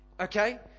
Okay